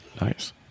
Nice